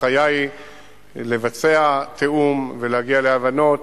ההנחיה היא לבצע תיאום ולהגיע להבנות,